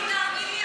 תאמין לי,